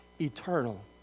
eternal